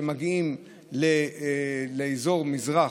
שמגיעים לאזור מזרח,